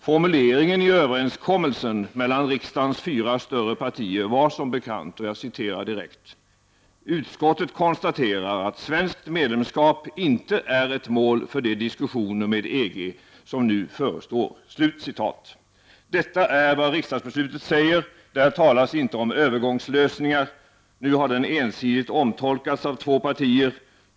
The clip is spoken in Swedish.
Formuleringen i överenskommelsen mellan riksdagens fyra större partier var som bekant: ”Utskottet konstaterar att svenskt medlemskap inte är ett mål för de diskussioner med EG som nu förestår.” Detta är vad riksdagsbeslutet säger. Där talas inte om övergångslösningar. Nu har den ensidigt omtolkats av två partier.